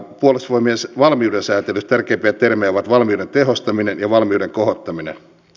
puolustusvoimien valmiuden säätelyssä tärkeimpiä termejä ovat valmiuden tehostaminen ja valmiuden kohottaminen